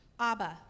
Abba